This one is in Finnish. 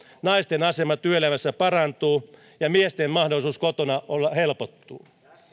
naisten asema työelämässä parantuu ja miesten mahdollisuus olla kotona helpottuu